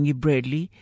bradley